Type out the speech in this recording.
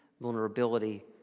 vulnerability